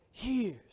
years